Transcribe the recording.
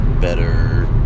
better